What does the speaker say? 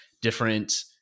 different